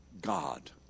God